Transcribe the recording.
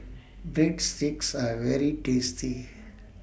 Breadsticks Are very tasty